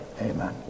Amen